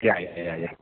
या या या या